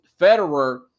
federer